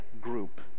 group